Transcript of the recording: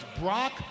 Brock